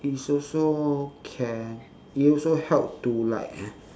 it's also can it also help to like